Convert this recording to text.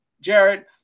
Jared